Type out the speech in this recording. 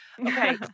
Okay